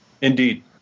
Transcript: Indeed